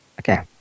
Okay